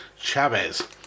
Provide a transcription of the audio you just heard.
Chavez